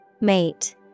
Mate